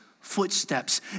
footsteps